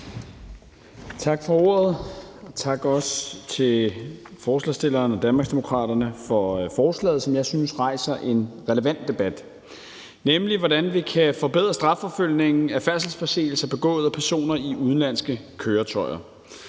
Tak for ordet, og tak også til forslagsstillerne og Danmarksdemokraterne for forslaget, som jeg synes rejser en relevant debat, nemlig hvordan vi kan forbedre strafforfølgningen i forbindelse med færdselsforseelser begået af personer i udenlandske køretøjer.